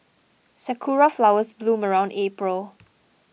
sakura flowers bloom around April